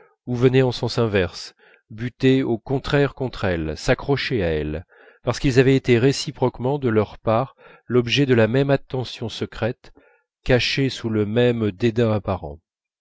ou venaient en sens inverse butaient au contraire contre elles s'accrochaient à elles parce qu'ils avaient été réciproquement de leur part l'objet de la même attention secrète cachée sous le même dédain apparent